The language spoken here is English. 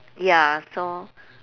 ya so